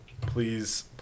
please